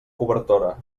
cobertora